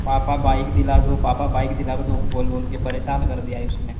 पापा बाइक दिला दो पापा बाइक दिला दो को बोल बोल के परेशान कर दिया है उसने